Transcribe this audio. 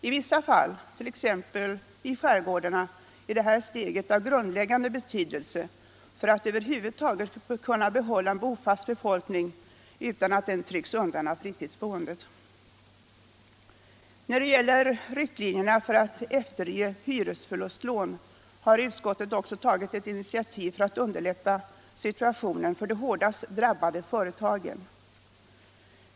I vissa fall — t.ex. i skärgårdarna — är det här steget av grundläggande betydelse för att över huvud taget kunna behålla en bofast befolkning utan att den trycks undan av fritidsboendet. När det gäller riktlinjerna för att efterge hyresförlustlån har utskottet också tagit ett initiativ för att underlätta situationen för de hårdast drabbade företagen.